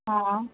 অঁ